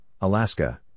Alaska